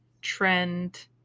trend